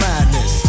Madness